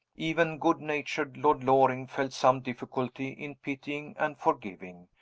even good-natured lord loring felt some difficulty in pitying and forgiving,